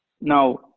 now